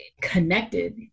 connected